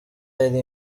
ari